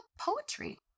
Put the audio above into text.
poetry